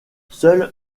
seul